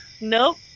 nope